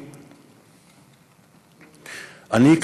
אני,